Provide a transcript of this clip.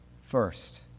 first